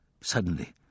Suddenly